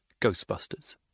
Ghostbusters